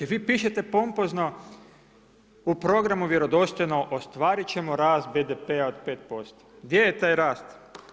Vi pišete pompozno u programu vjerodostojno, ostvariti ćemo rast BDP-a od 5%, gdje je taj rast?